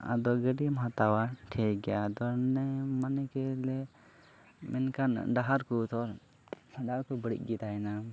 ᱟᱫᱚ ᱜᱟᱹᱰᱤᱢ ᱦᱟᱛᱟᱣᱟ ᱴᱷᱤᱠ ᱜᱮᱭᱟ ᱟᱫᱚ ᱢᱚᱱᱮ ᱠᱮᱫᱟ ᱢᱮᱱᱠᱷᱟᱱ ᱰᱟᱦᱟᱨ ᱠᱚᱫᱚ ᱰᱟᱦᱟᱨ ᱠᱚ ᱵᱟᱹᱲᱤᱡ ᱜᱮ ᱛᱟᱦᱮᱱᱟ